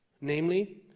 namely